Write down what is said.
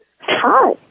Hi